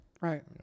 Right